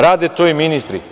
Rade to i ministri.